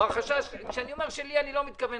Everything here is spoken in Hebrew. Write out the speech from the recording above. אני מתכוון